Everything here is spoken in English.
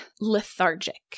lethargic